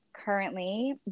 currently